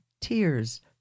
tears